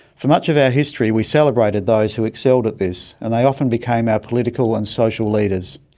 for much of our history we celebrated those who excelled at this and they often became our political and social leaders.